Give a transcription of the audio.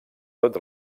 tot